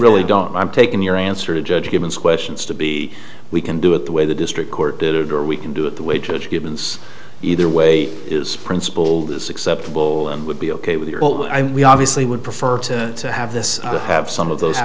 really don't i'm taking your answer to judge givens questions to be we can do it the way the district court did it or we can do it the way judge givens either way is principled is acceptable and would be ok with you we obviously would prefer to have this have some of those